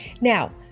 Now